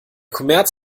kommerz